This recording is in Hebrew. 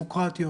דמוקרטיות.